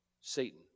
Satan